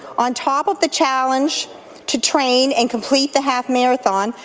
on top of the challenge to train and complete the half marathon,